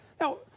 Now